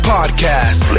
Podcast